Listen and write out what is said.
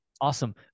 Awesome